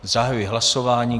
Zahajuji hlasování.